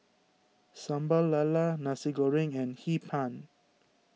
Sambal Lala Nasi Goreng and Hee Pan